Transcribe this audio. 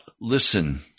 listen